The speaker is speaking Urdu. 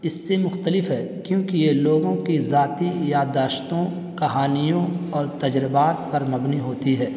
اس سے مختلف ہے کیونکہ یہ لوگوں کی ذاتی یادداشتوں کہانیوں اور تجربات پر مبنی ہوتی ہے